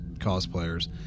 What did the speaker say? cosplayers